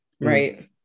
Right